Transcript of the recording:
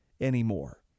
anymore